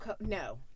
No